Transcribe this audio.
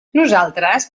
nosaltres